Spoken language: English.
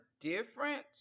different